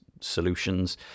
solutions